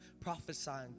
prophesying